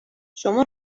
شما